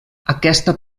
aquesta